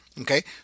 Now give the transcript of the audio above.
okay